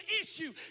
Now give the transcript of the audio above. issue